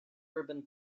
urban